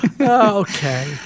Okay